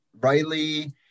riley